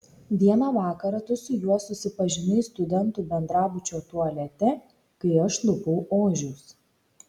vieną vakarą tu su juo susipažinai studentų bendrabučio tualete kai aš lupau ožius